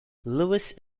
lewis